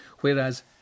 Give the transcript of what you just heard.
Whereas